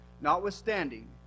notwithstanding